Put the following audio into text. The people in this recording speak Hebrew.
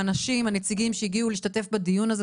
האנשים והנציגים שהגיעו להשתתף בדיון הזה.